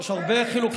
יש הרבה חילוקי דעות,